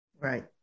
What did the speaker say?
right